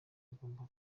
bagomba